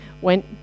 went